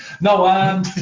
No